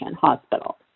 hospital